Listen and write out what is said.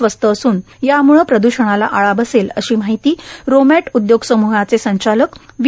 स्वस्त असून याम्ळे प्रद्षणाला आळा बसेल अशी माहिती रोमॅट उद्योग सम्हाचे संचालक वी